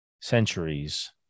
centuries